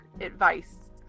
advice